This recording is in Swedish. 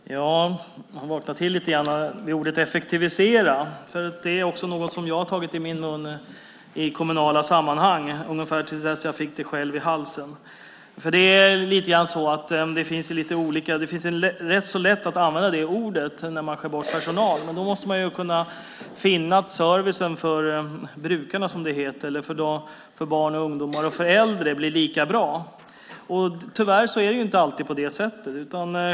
Herr talman! Jag vaknade till lite grann vid ordet "effektivisera". Det är ett ord som också jag har tagit i min mun i kommunala sammanhang, ungefär fram till dess jag fick det i halsen. Det är lätt att använda det ordet när man skär bort personal, men då måste man se till att servicen för brukarna, som det heter - alltså barn, ungdomar och äldre - blir lika bra. Tyvärr är det inte alltid på det sättet.